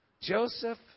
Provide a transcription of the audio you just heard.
Joseph